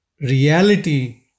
reality